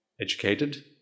educated